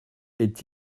est